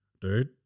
Dude